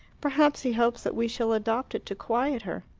perhaps he hopes that we shall adopt it to quiet her.